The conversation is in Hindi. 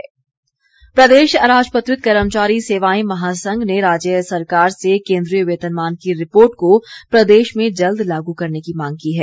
वेतन आयोग प्रदेश अराजपत्रित कर्मचारी सेवाएं महासंघ ने राज्य सरकार से केंद्रीय वेतनमान की रिपोर्ट को प्रदेश में जल्द लागू करने की मांग की है